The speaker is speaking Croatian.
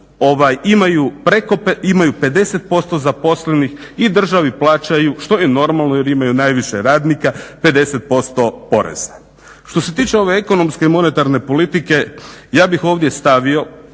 imaju 50% zaposlenih i državi plaćaju, što je normalno jer imaju najviše radnika, 50% poreza. Što se tiče ove ekonomske monetarne politike, ja bih stavio